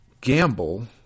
Gamble